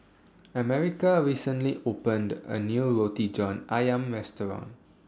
America recently opened A New Roti John Ayam Restaurant